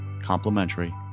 complimentary